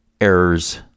errors